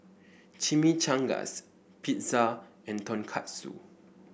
Chimichangas Pizza and Tonkatsu